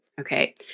Okay